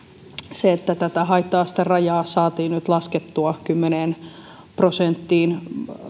se että haitta asterajaa saatiin nyt laskettua kymmeneen prosenttiin